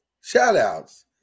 shout-outs